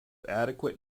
adequate